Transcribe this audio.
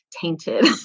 tainted